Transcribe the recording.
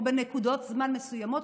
או בנקודות זמן מסוימות,